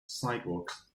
sidewalks